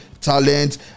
talent